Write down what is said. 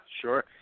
sure